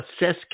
assess